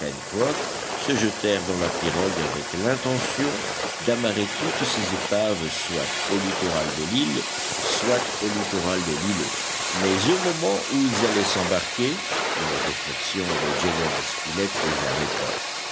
se jetèrent dans la pirogue avec l'intention d'amarrer toutes ces épaves soit au littoral de l'île soit au littoral de l'îlot mais au moment où ils allaient s'embarquer une réflexion de gédéon spilett les arrêta